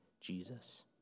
Jesus